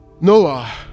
Noah